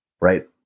Right